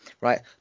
right